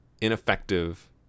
ineffective